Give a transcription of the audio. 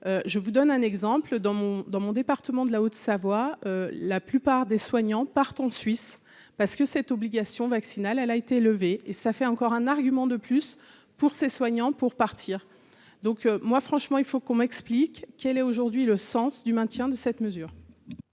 je vous donne un exemple dans mon, dans mon département, de la Haute-Savoie, la plupart des soignants partent en Suisse, parce que cette obligation vaccinale, elle a été levé et ça fait encore un argument de plus pour ses soignants pour partir, donc moi, franchement, il faut qu'on m'explique quel est aujourd'hui le sens du maintien de cette mesure.